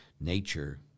nature